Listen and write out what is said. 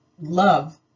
love